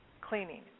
cleaning